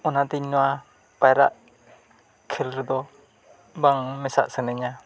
ᱚᱱᱟᱛᱮ ᱤᱧ ᱱᱚᱣᱟ ᱯᱟᱭᱨᱟᱜ ᱠᱷᱮᱞ ᱨᱮᱫᱚ ᱵᱟᱝ ᱢᱮᱥᱟᱜ ᱥᱟᱱᱟᱧᱟ